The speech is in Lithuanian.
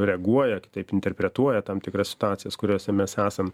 reaguoja kitaip interpretuoja tam tikras situacijas kuriose mes esam